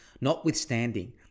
Notwithstanding